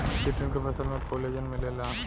chitin के फसल में कोलेजन मिलेला